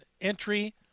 entry